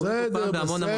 ולדימיר.